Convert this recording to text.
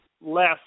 less